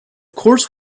course